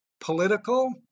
political